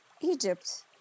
Egypt